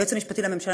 היועץ המשפטי לממשלה,